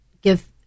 give